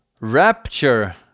Rapture